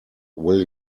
will